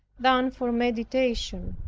than for meditation.